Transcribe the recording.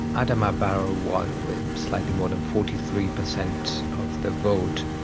adama barrow won with slightly more than forty three percent of the vote.